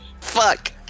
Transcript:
Fuck